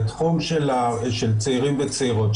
לתחום של צעירים וצעירות,